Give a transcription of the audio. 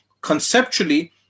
conceptually